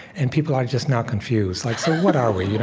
and people are just, now, confused like so, what are we?